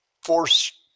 force